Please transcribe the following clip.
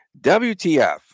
WTF